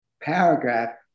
paragraph